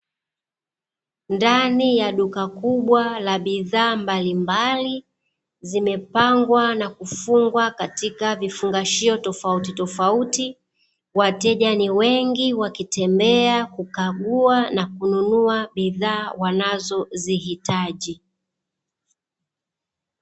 Ndani ya duka kubwa la bidhaa mbalimbali zimepangwa na kufungwa katika vifungashio tofautitofauti, wateja ni wengi wakitembea kukagua na kununua bidhaa wanazozihitaji.